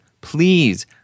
Please